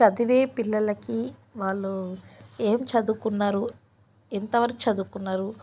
చదివే పిల్లలకి వాళ్ళు ఏం చదువుకున్నారు ఎంతవరకు చదువుకున్నారు